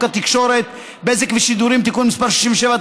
התקשורת (בזק ושידורים) (תיקון מס' 67),